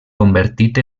convertit